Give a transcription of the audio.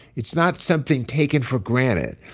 it's not something taken for granted.